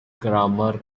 grammar